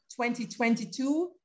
2022